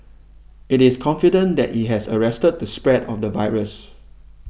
it is confident that it has arrested the spread of the virus